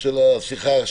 כל הכבוד לשפרעם.